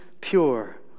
pure